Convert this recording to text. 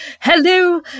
hello